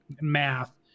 math